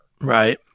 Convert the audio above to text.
right